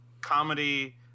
comedy